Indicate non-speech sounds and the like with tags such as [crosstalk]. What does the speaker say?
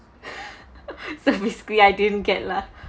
[laughs] so basically I didn't get lah